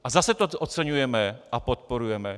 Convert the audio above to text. A zase to oceňujeme a podporujeme.